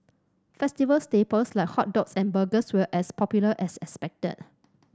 festival staples like hot dogs and burgers were as popular as expected